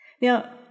Now